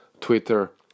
Twitter